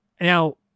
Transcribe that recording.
now